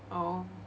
oh